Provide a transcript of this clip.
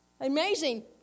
Amazing